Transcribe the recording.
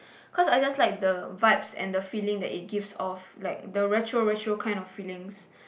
cause I just like the vibes and the feeling it gives off like the retro retro kind of feelings